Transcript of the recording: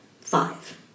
Five